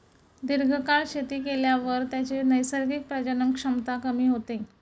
दीर्घकाळ शेती केल्यावर त्याची नैसर्गिक प्रजनन क्षमता कमी होते